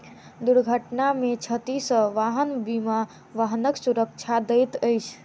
दुर्घटना में क्षति सॅ वाहन बीमा वाहनक सुरक्षा दैत अछि